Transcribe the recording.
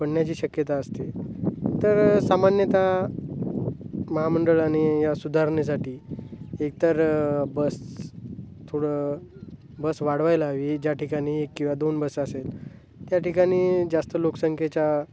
पडण्याची शक्यता असते तर सामान्यतः महामंडळाने या सुधारणेसाठी एकतर बस थोडं बस वाढवायला हवी ज्या ठिकाणी एक किंवा दोन बस असेल त्या ठिकाणी जास्त लोकसंख्येच्या